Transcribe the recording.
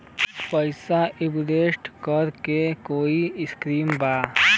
पैसा इंवेस्ट करे के कोई स्कीम बा?